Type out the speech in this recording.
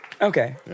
okay